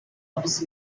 office